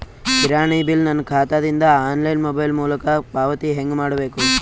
ಕಿರಾಣಿ ಬಿಲ್ ನನ್ನ ಖಾತಾ ದಿಂದ ಆನ್ಲೈನ್ ಮೊಬೈಲ್ ಮೊಲಕ ಪಾವತಿ ಹೆಂಗ್ ಮಾಡಬೇಕು?